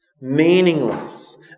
meaningless